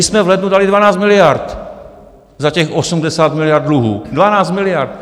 My jsme v lednu dali 12 miliard za těch 80 miliard dluhů, 12 miliard.